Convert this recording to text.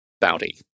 bounty